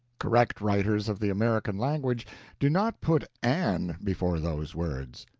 correct writers of the american language do not put an before those words.